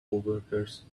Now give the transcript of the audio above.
coworkers